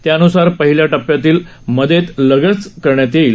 त्यानुसार पहिल्या टप्प्यातील मदत लगेच वितरित करण्यात येईल